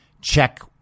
check